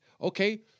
Okay